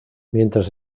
mientras